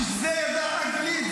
כשזה ידע עברית,